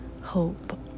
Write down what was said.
hope